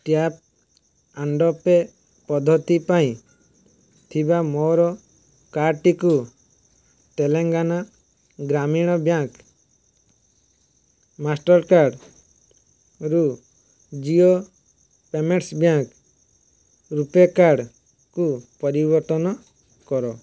tap pay ପଦ୍ଧତି ପାଇଁ ଥିବା ମୋର କାର୍ଡ଼୍ଟିକୁ ତେଲେଙ୍ଗାନା ଗ୍ରାମୀଣ ବ୍ୟାଙ୍କ୍ ମାଷ୍ଟର୍ କାର୍ଡ଼୍ରୁ ଜିଓ ପେମେଣ୍ଟ୍ସ୍ ବ୍ୟାଙ୍କ୍ ରୂପେ କାର୍ଡ଼୍କୁ ପରିବର୍ତ୍ତନ କର